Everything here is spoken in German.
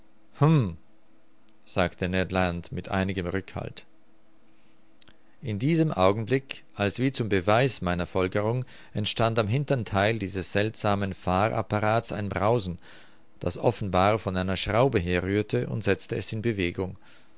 sagte ned land mit einigem rückhalt in diesem augenblick als wie zum beweis meiner folgerung entstand am hintern theil dieses seltsamen fahrapparats ein brausen das offenbar von einer schraube herrührte und setzte es in bewegung